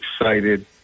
excited